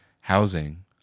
housing